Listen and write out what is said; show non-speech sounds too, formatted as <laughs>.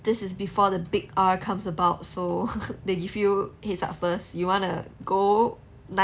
this is before the big R comes about so they give you heads up first you wanna go nicely on your own or you want <laughs>